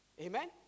Amen